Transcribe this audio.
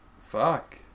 Fuck